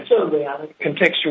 contextual